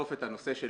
לאכוף את הנושא של